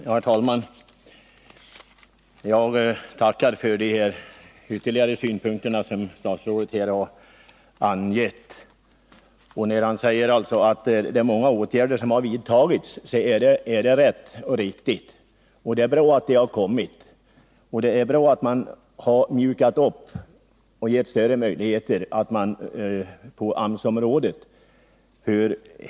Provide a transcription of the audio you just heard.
Herr talman! Jag tackar för de ytterligare synpunkter som statsrådet här har anfört. Han säger att många åtgärder har vidtagits. Det är riktigt, och det är bra att de har satts in. Det är bra att man har mjukat upp bestämmelserna och gett större möjligheter på AMS-sidan.